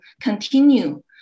continue